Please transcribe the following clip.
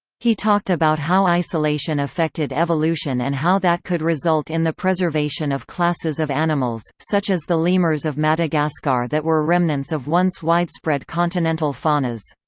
he talked about how isolation affected evolution and how that could result in the preservation of classes of animals, such as the lemurs of madagascar that were remnants of once widespread continental faunas.